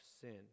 sin